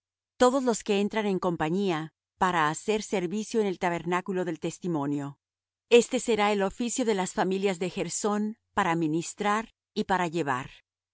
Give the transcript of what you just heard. todos los que entran en compañía para hacer servicio en el tabrenáculo del testimonio este será el oficio de las familias de gersón para ministrar y para llevar